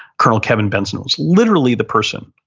colonel kevin benson was literally the person,